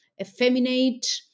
effeminate